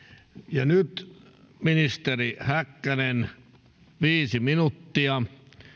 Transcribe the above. nyt ministeri häkkänen viisi minuuttia